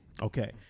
Okay